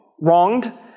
wronged